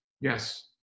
Yes